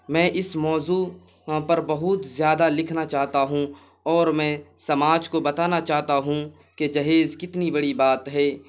میں اس موضوع پر بہت زیادہ لکھنا چاہتا ہوں اور میں سماج کو بتانا چاہتا ہوں کہ جہیز کتنی بڑی بات ہے